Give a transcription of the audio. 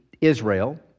Israel